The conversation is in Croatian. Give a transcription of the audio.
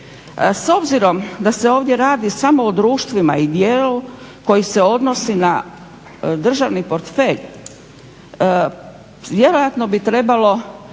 S obzirom da se ovdje radi o društvima i dijelu koji se odnosi na državni portfelj, vjerojatno bi trebalo